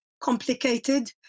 complicated